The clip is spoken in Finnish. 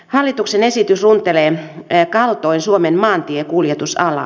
hallituksen esitys runtelee kaltoin suomen maantiekuljetusalaa